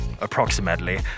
approximately